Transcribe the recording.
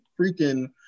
freaking